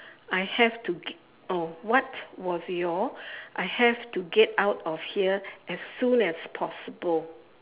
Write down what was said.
I have to g~ oh what was your I have to get out of here as soon as possible